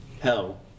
hell